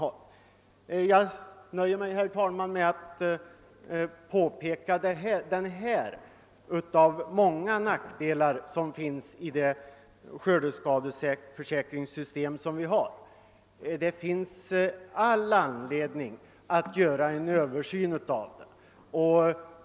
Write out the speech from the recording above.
Jag nöjer mig, herr talman, med att påpeka denna av många nackdelar som finns i det nuvarande skördeskadeförsäkringssystemet. Det finns alltså all anledning att göra en översyn av det.